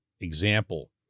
example